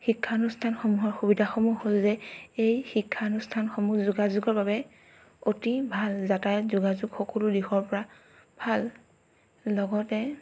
শিক্ষানুষ্ঠানসমূহ সুবিধাসমূহ হ'ল যে এই শিক্ষানুষ্ঠানসমূহ যোগাযোগৰ বাবে অতি ভাল যাতায়ত যোগাযোগ সকলো দিশৰ পৰা ভাল লগতে